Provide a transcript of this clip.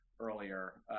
Earlier